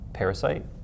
Parasite